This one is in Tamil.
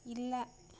இல்லை